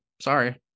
Sorry